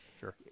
Sure